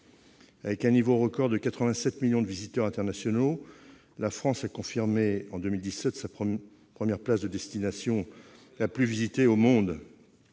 Avec un niveau record de 87 millions de visiteurs internationaux, la France a confirmé en 2017 sa première place de destination la plus visitée au monde.